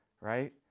right